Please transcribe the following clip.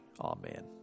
Amen